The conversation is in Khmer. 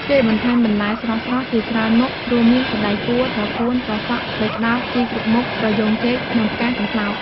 គេបន្ថែមបន្លែស្រស់ៗជាច្រើនមុខ រួមមាន សណ្ដែកកួរ ត្រកួន ត្រសក់ ស្ពៃក្ដោប ជីគ្រប់មុខ ត្រយូងចេក និងផ្កាកំប្លោក។